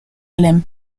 alem